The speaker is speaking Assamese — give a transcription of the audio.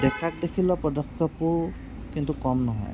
দেখাক দেখি লোৱা পদক্ষেপো কিন্তু কম নহয়